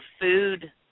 food